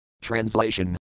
Translation